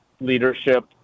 leadership